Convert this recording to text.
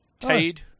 Tade